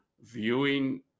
viewing